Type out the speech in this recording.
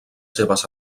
seves